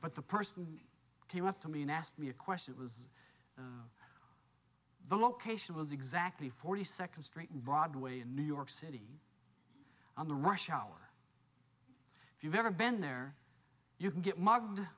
but the person came up to me and asked me a question it was the location was exactly forty second street and broadway in new york city on the rush hour if you've ever been there you can get mugged